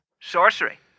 Sorcery